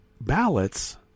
ballots